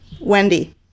Wendy